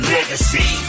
Legacy